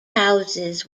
houses